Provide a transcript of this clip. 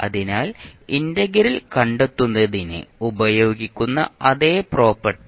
അതിനാൽ ഇന്റഗ്രൽ കണ്ടെത്തുന്നതിന് ഉപയോഗിക്കുന്ന അതേ പ്രോപ്പർട്ടി